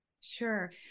Sure